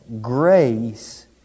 Grace